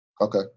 Okay